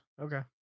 Okay